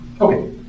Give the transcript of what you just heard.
Okay